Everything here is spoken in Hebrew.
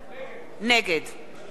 נגד נסים זאב,